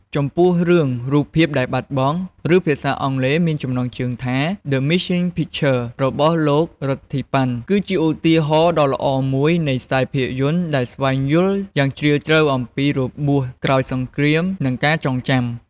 ចំពោះរឿង "រូបភាពដែលបាត់បង់" ឬភាសាអង់គ្លេសមានចំណងជើងថា The Missing Picture របស់លោក រិទ្ធី ប៉ាន់ គឺជាឧទាហរណ៍ដ៏ល្អមួយនៃខ្សែភាពយន្តដែលស្វែងយល់យ៉ាងជ្រាលជ្រៅអំពីរបួសក្រោយសង្គ្រាម និងការចងចាំ ។